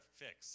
fix